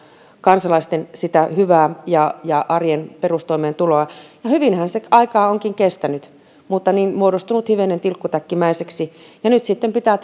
kansalaisten hyvää arjen perustoimeentuloa ja hyvinhän se aikaa on kestänyt vaikka onkin muodostunut hivenen tilkkutäkkimäiseksi nyt sitten pitää